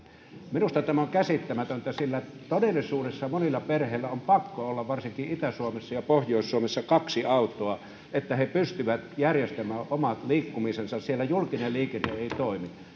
minusta tämä on käsittämätöntä sillä todellisuudessa monilla perheillä on pakko olla varsinkin itä suomessa ja pohjois suomessa kaksi autoa että he pystyvät järjestämään omat liikkumisensa siellä julkinen liikenne ei toimi